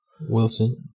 Wilson